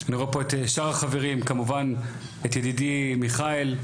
אני רואה פה את שאר החברים, כמובן את ידידי מיכאל.